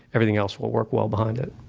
everything else will work well behind it.